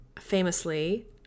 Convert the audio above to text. famously